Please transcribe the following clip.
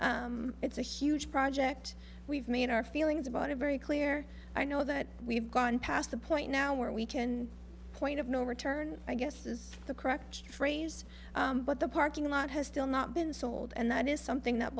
face it's a huge project we've made in our feelings about a very clear i know that we've gone past the point now where we can point of no return i guess is the correct phrase but the parking lot has still not been sold and that is something that